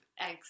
eggs